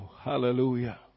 hallelujah